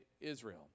Israel